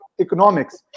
economics